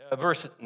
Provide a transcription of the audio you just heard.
verse